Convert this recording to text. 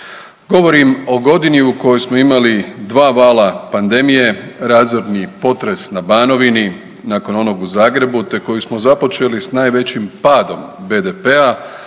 Govorim o godini u kojoj smo imali 2 vala pandemije, razorni potres na Banovini nakon onog u Zagrebu te koju smo započeli sa najvećim padom BDP-a,